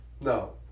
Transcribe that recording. No